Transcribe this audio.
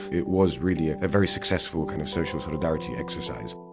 it was really a very successful kind of social solidarity exercise.